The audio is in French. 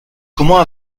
comment